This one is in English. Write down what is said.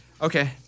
Okay